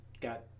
got